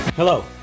Hello